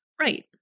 Right